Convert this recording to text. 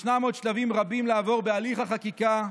יש עוד שלבים רבים לעבור בהליך החקיקה.